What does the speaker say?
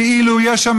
כאילו יש שם,